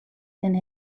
and